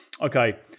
okay